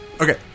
Okay